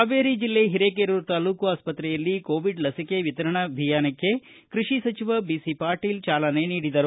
ಹಾವೇರಿ ಜಿಲ್ಲೆ ಹಿರೇಕೆರೂರ ತಾಲ್ಲೂಕು ಆಸ್ತ್ರೆಯಲ್ಲಿ ಕೋವಿಡ್ ಲಸಿಕೆ ವಿತರಣಾ ಅಭಿಯಾನಕ್ಕೆ ಕೃಷಿ ಸಚಿವ ಬಿಸಿ ಪಾಟೀಲ ಚಾಲನೆ ನೀಡಿದರು